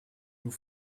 nous